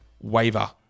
waiver